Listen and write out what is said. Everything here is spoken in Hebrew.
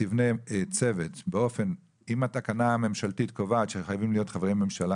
אם התקנה הממשלתית קובעת שחייבים להיות חברי ממשלה,